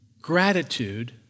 gratitude